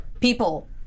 people